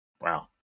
Wow